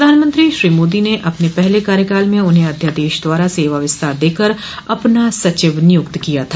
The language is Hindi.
प्रधानमंत्री श्री मोदी ने अपने पहले कार्यकाल में उन्हें अध्यादेश द्वारा सेवा विस्तार देकर अपना सचिव नियुक्त किया था